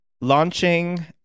launching